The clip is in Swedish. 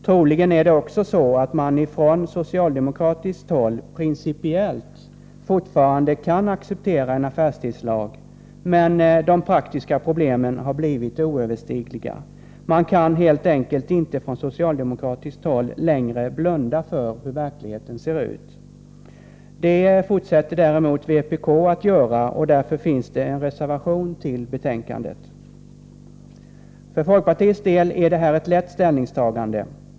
Troligen är det också så, att man från socialdemokratiskt håll principiellt fortfarande kan acceptera en affärstidslag men att de praktiska problemen har blivit oöverstigliga. Man kan helt enkelt inte längre blunda för hur verkligheten ser ut. Det fortsätter däremot vpk att göra, och därför finns det en reservation fogad till betänkandet. För folkpartiets del är det här ett lätt ställningstagande.